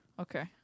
Okay